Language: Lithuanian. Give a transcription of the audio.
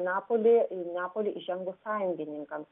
neapolį į neapolį įžengus sąjungininkams